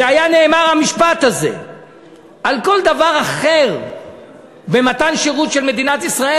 והיה נאמר המשפט הזה על כל דבר אחר במתן שירות של מדינת ישראל,